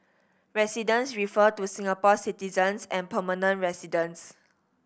residents refer to Singapore citizens and permanent residents